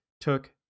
took